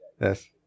Yes